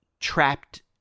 trapped